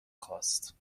خاست